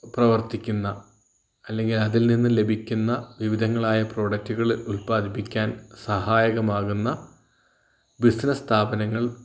പ്രവർത്തിക്കുന്ന അല്ലെങ്കിൽ അതിൽ നിന്ന് ലഭിക്കുന്ന വിവിധങ്ങളായ പ്രോഡക്ടുകൾ ഉല്പാദിപ്പിക്കാൻ സഹായകം ആകുന്ന ബിസിനസ്സ് സ്ഥാപനങ്ങൾ